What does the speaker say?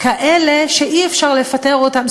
כאלה שאי-אפשר לפטר אותם,